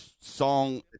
song